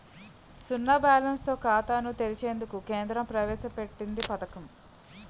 సున్నా బ్యాలెన్స్ తో ఖాతాను తెరిచేందుకు కేంద్రం ప్రవేశ పెట్టింది పథకం